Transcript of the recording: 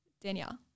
Danielle